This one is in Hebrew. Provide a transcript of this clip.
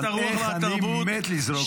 איך אני מת לזרוק אותך מהאולם.